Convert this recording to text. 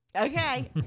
Okay